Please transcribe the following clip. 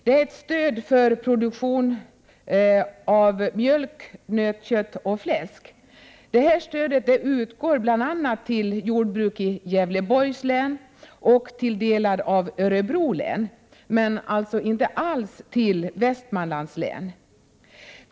Det är stöd för produktion av mjölk, nötkött och fläsk. De här stöden utgår bl.a. till jordbruk i Gävleborgs län och till delar av Örebro län, men således inte alls till Västmanlands län.